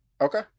Okay